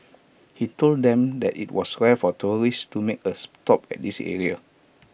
he told them that IT was rare for tourists to make A stop at this area